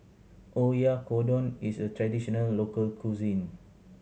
oyakodon is a traditional local cuisine